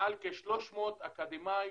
מעל ל-300 אקדמאים